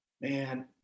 Man